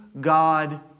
God